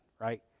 right